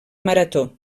marató